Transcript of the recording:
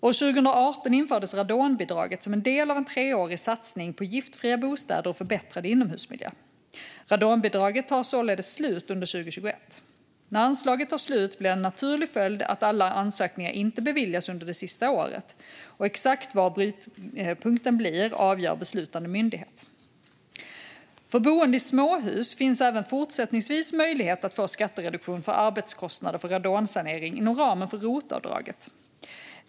År 2018 infördes radonbidraget som en del av en treårig satsning på giftfria bostäder och förbättrad inomhusmiljö. Radonbidraget tar således slut under 2021. När anslaget tar slut blir en naturlig följd att alla ansökningar inte beviljas under det sista året, och exakt var brytpunkten blir avgör beslutande myndighet. För boende i småhus finns även fortsättningsvis möjlighet att få skattereduktion för arbetskostnader för radonsanering inom ramen för rotavdraget.